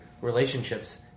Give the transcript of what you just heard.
relationships